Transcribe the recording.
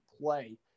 play